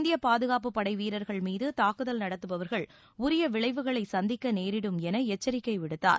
இந்திய பாதுகாப்பு படை வீரர்கள் மீது தாக்குதல் நடத்துபவர்கள் உரிய விளைவுகளை சந்திக்க நேரிடும் என எச்சரிக்கை விடுத்தார்